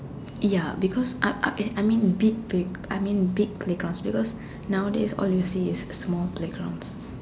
ya because I I I mean big play I mean big playgrounds because nowadays all you see is small playgrounds